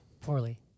Poorly